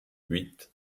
huit